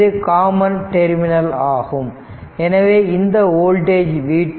இது common terminal ஆகும் எனவே இந்த வோல்டேஜ் v2